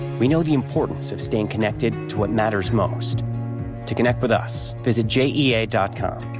we know the importance of staying connected to what matters most to connect with us is a je a dot com.